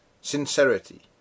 sincerity